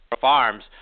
Farms